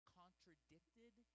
contradicted